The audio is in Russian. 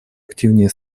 активнее